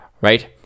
right